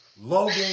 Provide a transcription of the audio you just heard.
Logan